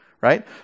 right